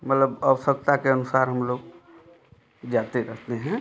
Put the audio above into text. मतलब आवश्यकता के अनुसार हम लोग जाते रहते हैं